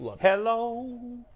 Hello